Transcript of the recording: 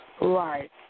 Right